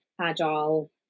agile